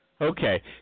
Okay